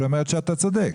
היא אומרת שאתה צודק.